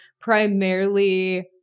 primarily